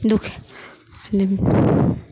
दुःख